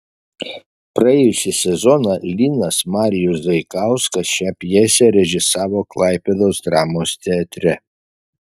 praėjusį sezoną linas marijus zaikauskas šią pjesę režisavo klaipėdos dramos teatre